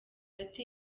ati